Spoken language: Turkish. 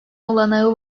olanağı